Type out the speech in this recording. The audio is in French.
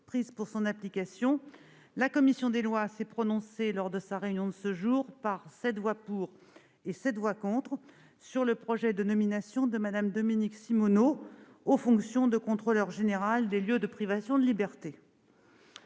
prises pour son application, la commission des lois s'est prononcée, lors de sa réunion de ce jour, par 7 voix pour et 7 voix contre, sur le projet de nomination de Mme Dominique Simonnot aux fonctions de Contrôleur général des lieux de privation de liberté.